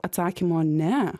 atsakymo ne